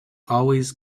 always